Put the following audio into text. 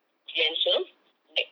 credentials like